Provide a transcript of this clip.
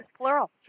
plural